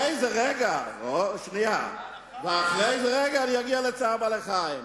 רגע, אני אגיע לצער בעלי-חיים.